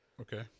okay